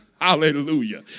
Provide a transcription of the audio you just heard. hallelujah